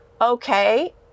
Okay